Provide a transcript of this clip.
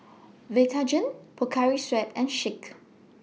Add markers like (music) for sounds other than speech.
(noise) Vitagen Pocari Sweat and Schick (noise)